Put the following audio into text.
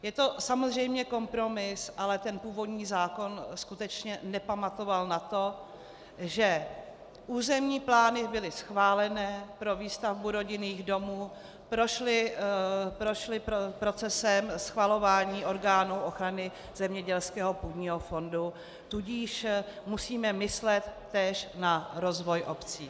Je to samozřejmě kompromis, ale ten původní zákon skutečně nepamatoval na to, že územní plány byly schválené pro výstavbu rodinných domů, prošly procesem schvalování orgánů ochrany zemědělského půdního fondu, tudíž musíme myslet též na rozvoj obcí.